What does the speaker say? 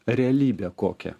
realybė kokia